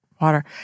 water